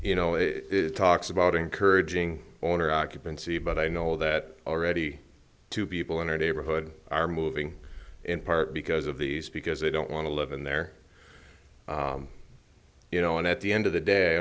you know it talks about encouraging owner occupancy but i know that already two people in our neighborhood are moving in part because of these because they don't want to live in there you know and at the end of the day